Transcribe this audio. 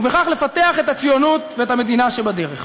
ובכך לפתח את הציונות ואת המדינה שבדרך.